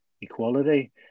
equality